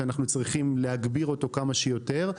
שאנחנו צריכים להגביר אותו כמה שיותר.